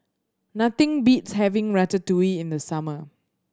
nothing beats having Ratatouille in the summer